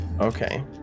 Okay